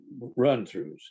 run-throughs